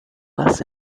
less